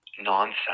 nonsense